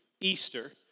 Easter